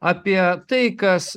apie tai kas